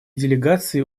делегации